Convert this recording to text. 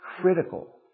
critical